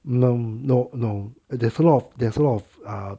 no no no there's a lot of there's a lot of um